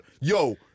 Yo